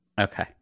Okay